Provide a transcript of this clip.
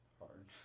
hard